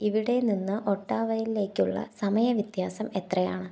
ഇവിടെ നിന്ന് ഒട്ടാവയിലേക്കുള്ള സമയ വ്യത്യാസം എത്രയാണ്